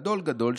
גדול גדול,